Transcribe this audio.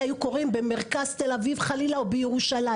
היו קורים במרכז תל אביב חלילה או בירושלים,